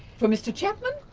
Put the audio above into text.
for mr chapman,